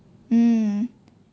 mm